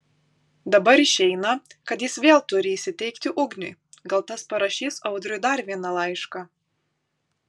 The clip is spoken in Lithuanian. dabar išeina kad jis vėl turi įsiteikti ugniui gal tas parašys audriui dar vieną laišką